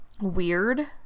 weird